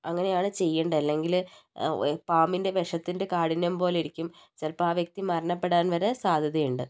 അങ്ങനെയാണ് ചെയ്യേണ്ട അല്ലെങ്കിൽ പാമ്പിന്റെ വിഷത്തിന്റെ കാഠിന്യം പോലെയിരിക്കും ചിലപ്പോൾ ആ വ്യക്തി മരണപ്പെടാൻ വരെ സാദ്ധ്യതയുണ്ട്